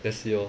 this year